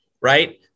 right